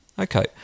okay